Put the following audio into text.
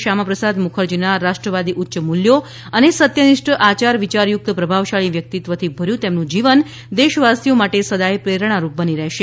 શ્યામાપ્રસાદ મુખર્જીના રાષ્ટ્રવાદી ઉચ્ય મૂલ્યો અને સત્યનિષ્ઠ આચાર વિયારયુક્ત પ્રભાવશાળી વ્યક્તિત્વથી ભર્યું તેમનું જીવન દેશવાસીઓ માટે સદાય પ્રેરણારૃપ બની રહેશે